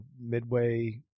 midway